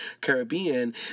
Caribbean